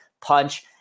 punch